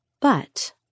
But